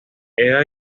era